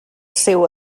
seu